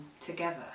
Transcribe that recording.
together